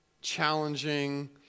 challenging